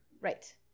Right